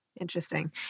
Interesting